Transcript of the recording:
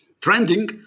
trending